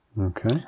Okay